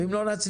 אם לא נצליח,